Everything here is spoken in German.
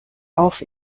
auf